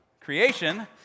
creation